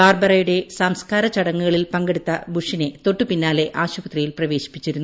ബാർബറയുടെ സംസ് കാര ചടങ്ങുകളിൽ പങ്കെടുത്ത ബുഷിനെ തൊട്ടുപിന്നാലെ ആശുപത്രിയിൽ പ്രവേശിപ്പിച്ചിരുന്നു